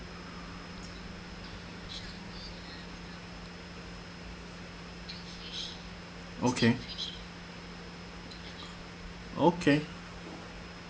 okay okay